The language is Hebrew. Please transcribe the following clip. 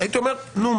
הייתי אומר: נו,